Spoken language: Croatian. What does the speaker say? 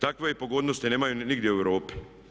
Takve pogodnosti nemaju nigdje u Europi.